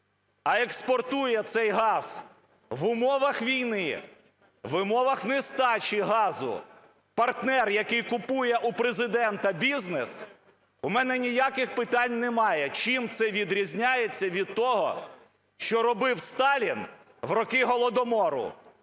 а експортує цей газ в умовах війни, в умовах нестачі газу партнер, який купує у Президента бізнес, у мене ніяких питань немає. Чим це відрізняється від того, що робив Сталін в роки Голодомору,